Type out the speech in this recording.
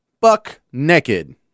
buck-naked